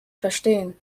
verstehen